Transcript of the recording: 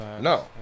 No